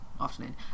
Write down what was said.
afternoon